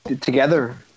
together